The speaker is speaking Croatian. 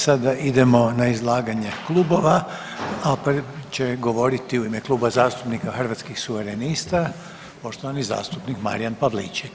Sada idemo na izlaganje klubova, a prvi će govoriti u ime Kluba zastupnika Hrvatskih suverenista poštovani zastupnik Marijan Pavliček.